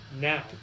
now